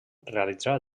realitzà